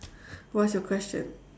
what's your question